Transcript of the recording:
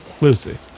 Lucy